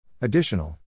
Additional